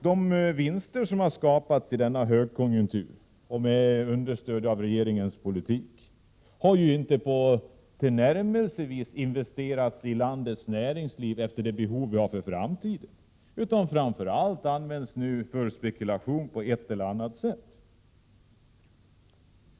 De vinster som har skapats i denna högkonjunktur, med stöd från — 13 april 1988 regeringens politik, har inte tillnärmelsevis tillräckligt investerats i landets näringsliv efter det behov vi har för framtiden, utan vinsterna används framför allt för spekulation på ett eller annat sätt.